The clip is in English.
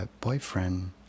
boyfriend